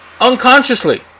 unconsciously